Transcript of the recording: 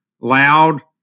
loud